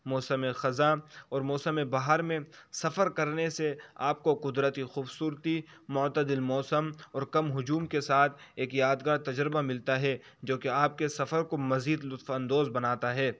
موسم خزاں اور موسم بہار میں سفر کرنے سے آپ کو قدرتی خوبصورتی معتدل موسم اور کم ہجوم کے ساتھ ایک یادگار تجربہ ملتا ہے جو کہ آپ کے سفر کو مزید لطف اندوز بناتا ہے